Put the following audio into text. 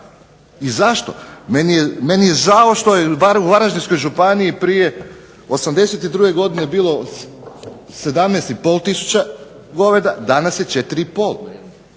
Zašto? Meni je žao što je u Varaždinskoj županiji prije '82. godine bilo 17,5 tisuća goveda, danas je 4,5.